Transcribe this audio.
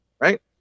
Right